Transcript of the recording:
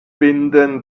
binden